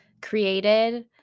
created